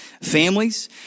families